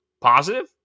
positive